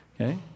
Okay